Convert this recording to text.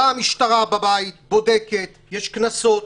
באה משטרה, בודקת בבית, יש קנסות.